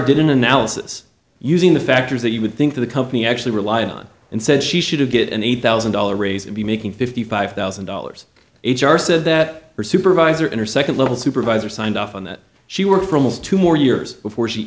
didn't analysis using the factors that you would think the company actually rely on and said she should have get an eight thousand dollars raise and be making fifty five thousand dollars h r said that her supervisor in her second little supervisor signed off on that she worked for almost two more years before she